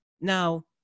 now